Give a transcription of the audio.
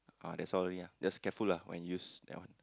ah that's all ya just careful lah when use ya